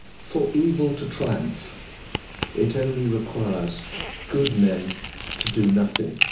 for evil to triumph it only requires good men to do nothing?